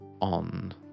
on